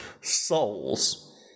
souls